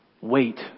Wait